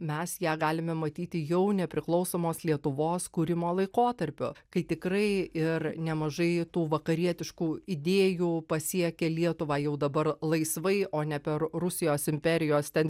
mes ją galime matyti jau nepriklausomos lietuvos kūrimo laikotarpiu kai tikrai ir nemažai tų vakarietiškų idėjų pasiekė lietuvą jau dabar laisvai o ne per rusijos imperijos ten